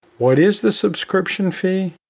what is the subscription fee?